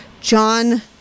John